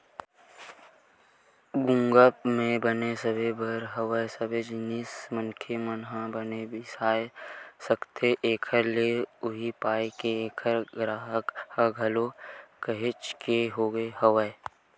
गुगप पे बने सबे बर हवय सबे जिनिस मनखे मन ह बने बिसा सकथे एखर ले उहीं पाय के ऐखर गराहक ह घलोक काहेच के होगे हवय